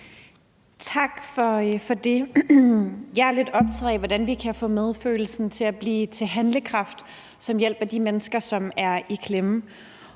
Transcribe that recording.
Tak for det. Jeg er lidt optaget af, hvordan vi kan få medfølelsen til at blive til handlekraft, som hjælper de mennesker, som er i klemme,